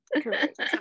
Correct